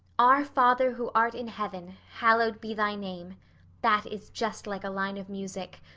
our father who art in heaven hallowed be thy name that is just like a line of music.